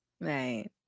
right